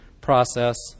process